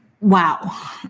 Wow